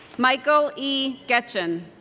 michael e. getgen